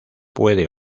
puede